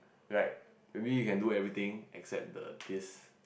like maybe you can do everything except the this